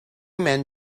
men